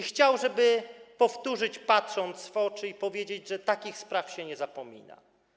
Chciał, żeby to powtórzyć, patrząc w oczy, i powiedzieć, że takich spraw się nie zapomina.